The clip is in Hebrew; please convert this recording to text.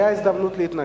היתה הזדמנות להתנגד.